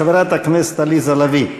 חברת הכנסת עליזה לביא.